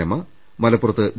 രമ മലപ്പുറത്ത് വി